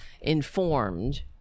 informed